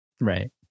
Right